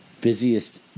Busiest